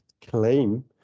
claim